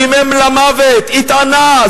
דימם למוות, התענה.